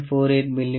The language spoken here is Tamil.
48 மி